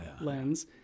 lens